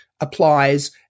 applies